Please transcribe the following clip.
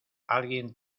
alguien